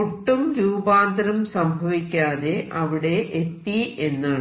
ഒട്ടും രൂപാന്തരം അഥവാ ഡിസ്റ്റോർഷൻ സംഭവിക്കാതെ അവിടെയെത്തി എന്നാണ്